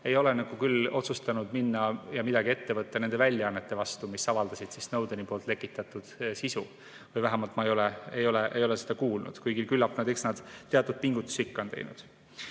ei ole aga otsustanud minna ja midagi ette võtta nende väljaannete vastu, mis avaldasid Snowdeni lekitatud sisu. Vähemalt ei ole ma seda kuulnud, aga küllap nad teatud pingutusi ikka